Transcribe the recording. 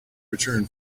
return